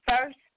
first